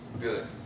Good